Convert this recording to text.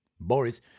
Boris